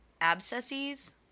abscesses